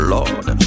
Lord